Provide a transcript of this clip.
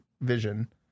vision